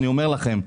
אני אומר לכם,